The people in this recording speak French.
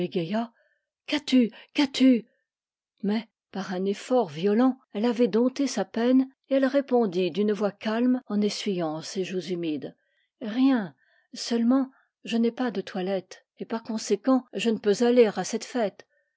qu'as-tu qu'as-tu mais par un effort violent elle avait dompté sa peine et elle répondit d'une voix calme en essuyant ses joues humides rien seulement je n'ai pas de toilette et par conséquent je ne peux aller à cette fête